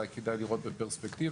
אולי כדאי לראות בפרספקטיבה,